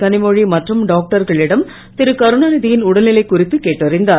களிமொழி மற்றும் டாக்டர்களிடம் திருகருணாநிதி யின் உடல்நிலை குறித்து கேட்டறிந்தார்